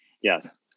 Yes